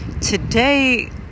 Today